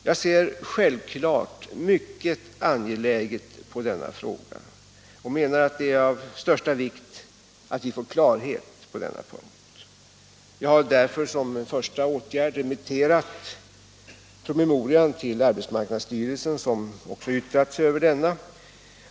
Jag ser självklart mycket allvarligt på denna fråga och menar att det är av största vikt att vi får klarhet på denna punkt. Jag har därför såsom första åtgärd remitterat promemorian till arbetsmarknadsstyrelsen, som också har yttrat sig över den.